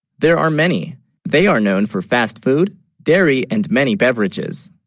there are many they are known for fast food dairy and many beverages